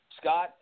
Scott